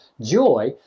joy